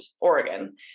Oregon